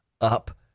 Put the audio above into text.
up